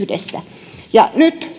yhdessä ja nyt tämä lainsäädäntö